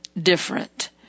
different